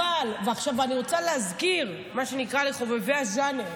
אבל, ועכשיו אני רוצה להזכיר לחובבי הז'אנר,